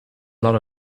lot